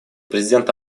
президент